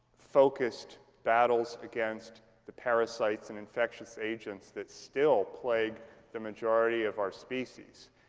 focused battles against the parasites and infectious agents that still plague the majority of our species.